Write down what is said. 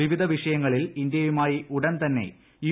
വിവിധ വിഷ്ണയങ്ങളിൽ ഇന്ത്യയുമായി ഉടൻതന്നെ യു